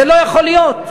זה לא יכול להיות.